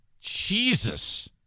Jesus